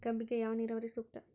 ಕಬ್ಬಿಗೆ ಯಾವ ನೇರಾವರಿ ಸೂಕ್ತ?